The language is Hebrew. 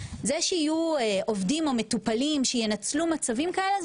זה שיהיו עובדים או מטופלים שינצלו מצבים כאלה,